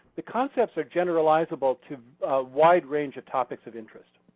the concepts are generalizable to a wide range of topics of interest.